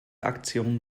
aktion